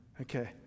Okay